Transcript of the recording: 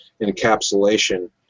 encapsulation